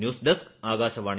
news desk Akashvani